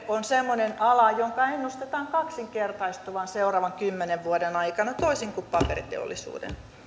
on semmoinen ala jonka ennustetaan kaksinkertaistuvan seuraavan kymmenen vuoden aikana toisin kuin paperiteollisuuden